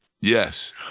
Yes